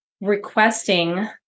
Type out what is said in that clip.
requesting